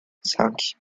cinq